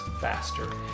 faster